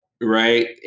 Right